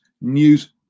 news